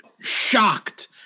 shocked